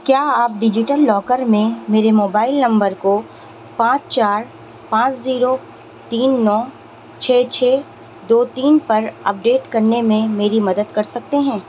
کیا آپ digital locker میں میرے موبائل نمبر کو پانچ چار پانچ زیرو تین نو چھ چھ دو تین پر اپڈیٹ کرنے میں میری مدد کر سکتے ہیں